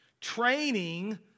training